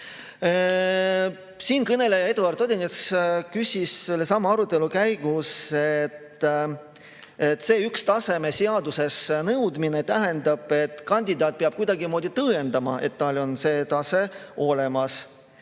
Siinkõneleja Eduard Odinets küsis arutelu käigus selle kohta, et C1-taseme seaduses nõudmine tähendab, et kandidaat peab kuidagimoodi tõendama, et tal on see tase olemas.